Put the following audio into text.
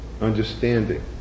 understanding